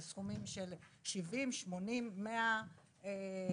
זה סכומים של 70, 80, 100 שקלים.